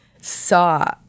saw